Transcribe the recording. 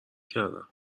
کردم